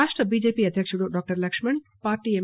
రాష్ట బిజెపి అధ్యకుడు డాక్టర్ లక్ష్మణ్ పార్లీ ఎమ్